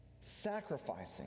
sacrificing